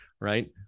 right